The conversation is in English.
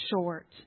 short